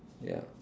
ya